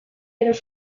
edota